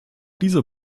dieser